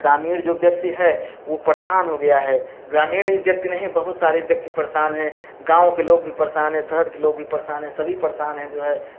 ग्रामीण जो व्यक्ति है वो परेशान हो गया है ग्रामीण ही व्यक्ति नहीं बहुत सारे व्यक्ति परेशान हैं गाँव के लोग भी परेशान हैं शहर के लोग भी परेशान हैं सभी परेशान हैं जो है